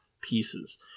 pieces